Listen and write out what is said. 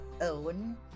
own